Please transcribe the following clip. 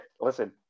listen